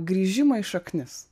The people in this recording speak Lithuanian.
grįžimą į šaknis